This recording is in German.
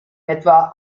etwa